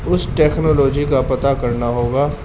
اس technology کا پتہ کرنا ہوگا